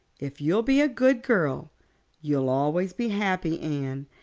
if you'll be a good girl you'll always be happy, anne.